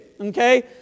okay